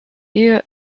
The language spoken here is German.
ehe